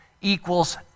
Equals